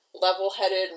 level-headed